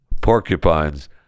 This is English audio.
porcupines